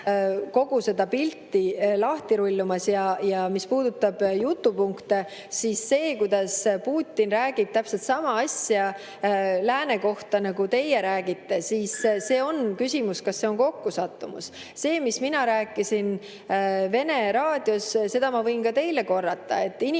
kogu seda pilti lahti rullumas. Ja mis puudutab jutupunkte, siis see, kuidas Putin räägib täpselt sama asja lääne kohta, nagu teie räägite, siis on küsimus, kas see on kokkusattumus. Seda, mis mina rääkisin vene raadios, ma võin ka teile korrata, et inimesed,